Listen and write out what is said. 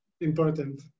Important